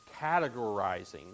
categorizing